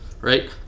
right